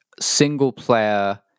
single-player